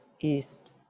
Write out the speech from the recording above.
east